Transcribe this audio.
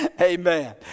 amen